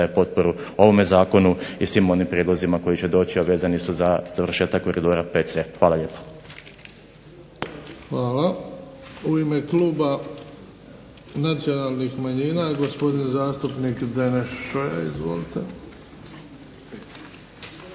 potporu ovome zakonu i svim onim prijedlozima koji će doći, a vezani su za završetak koridora 5C. Hvala lijepa. **Bebić, Luka (HDZ)** Hvala. U ime Kluba nacionalnih manjina, gospodin zastupnik Deneš Šoja. Izvolite.